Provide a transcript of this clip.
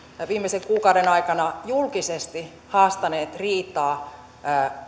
viimeisen kuukauden aikana julkisesti haastanut riitaa